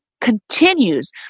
continues